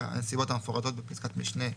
הנסיבות המפורטות בפסקת משנה (ב)(1)